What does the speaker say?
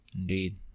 Indeed